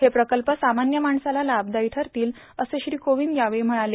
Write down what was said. हे प्रकल्प सामान्य माणसाला लाभदायी ठरतील असं श्री कोविंद यावेळी म्हणाले